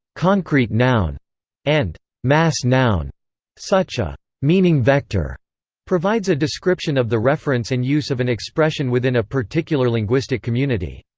concrete noun and mass noun such a meaning-vector provides a description of the reference and use of an expression within a particular linguistic community.